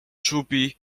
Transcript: czubi